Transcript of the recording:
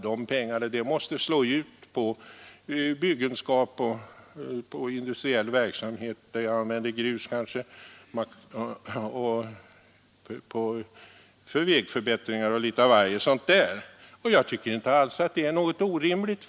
Detta måste slås ut på byggenskap och industriell verksamhet där man använder grus, på vägförbättringar och litet av varje. Jag tycker inte alls att det är något orimligt.